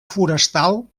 forestal